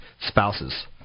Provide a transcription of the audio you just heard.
spouses